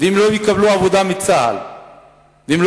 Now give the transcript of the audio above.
ואם הן לא יקבלו עבודה מצה"ל ואם הן